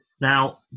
Now